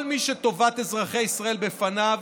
כל מי שטובת אזרחי ישראל לפניו,